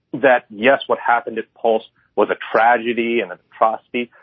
that, yes, what happened to pulse was a tragedy and an atrocity.